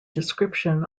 description